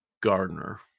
Gardner